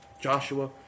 Joshua